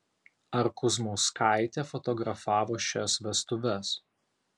ar kuzmauskaitė fotografavo šias vestuves